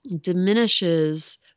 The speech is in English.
diminishes